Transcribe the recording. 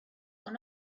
are